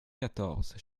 quatorze